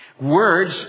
Words